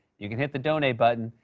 you can hit the donate button.